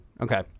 Okay